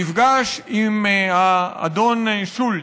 נפגש עם האדון שולץ,